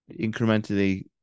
incrementally